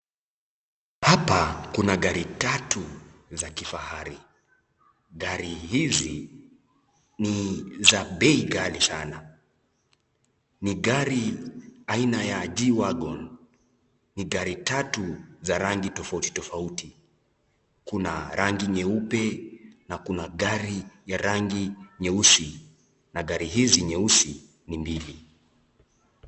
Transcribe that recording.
Hapa kuna gari tatu za kifahari. Gari hizi ni za bei kali sana. Ni gari aina ya G-wagon . Ni gari tatu za rangi tofauti tofauti. Kuna rangi nyeupe na kuna gari ya rangi nyeusi na gari hizi nyeusi ni mbili.